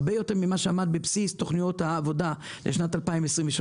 הרבה יותר ממה שעמד בבסיס תוכניות העבודה לשנת 2023,